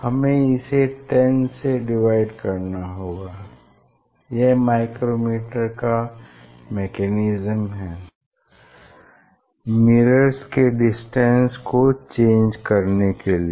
हमें इसे 10 से डिवाइड करना होगा यह माइक्रोमीटर का मैकेनिज्म है मिरर्स के डिस्टेंस को चेंज करने के लिए